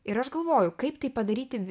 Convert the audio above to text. ir aš galvoju kaip tai padaryti vi